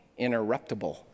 interruptible